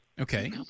okay